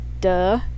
Duh